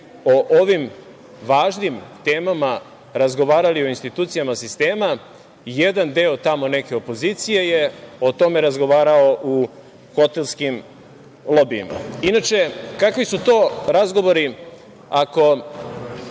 o ovim važnim temama razgovarali u institucijama sistema, jedan deo tamo neke opozicije je o tome razgovarao u hotelskim lobijima. Inače, kakvi su to razgovori ako